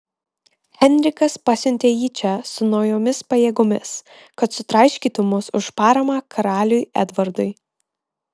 henrikas pasiuntė jį čia su naujomis pajėgomis kad sutraiškytų mus už paramą karaliui edvardui